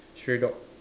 stray dog